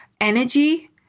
energy